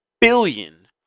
billion